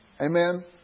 Amen